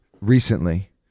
recently